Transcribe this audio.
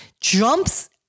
jumps